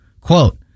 quote